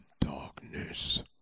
Darkness